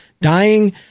dying